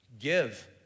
give